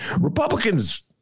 Republicans